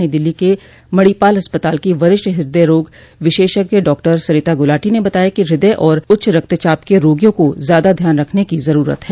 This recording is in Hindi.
नई दिल्ली के मणिपाल अस्पताल को वरिष्ठ हृदय रोग विशेषज्ञ डॉक्टर सरिता गुलाटी ने बताया कि हृदय और उच्च रक्तचाप के रोगियों को ज्यादा ध्यान रखने की जरूरत है